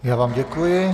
Já vám děkuji.